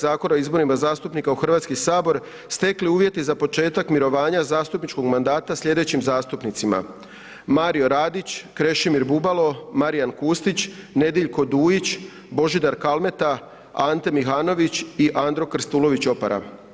Zakona o izborima zastupnika u Hrvatski sabor stekli uvjeti za početak mirovanja zastupničkog mandata sljedećim zastupnicima: Mario Radić, Krešimir Bubalo, Marijan Kustić, Nediljko Dujić, Božidar Kalmeta, Ante Mihanović i Andro Krstulović Opara.